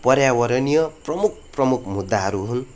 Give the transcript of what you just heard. पर्यावरणीय प्रमुख प्रमुख मुद्दाहरू हुन्